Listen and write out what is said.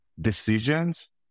decisions